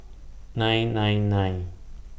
nine nine nine